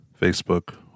Facebook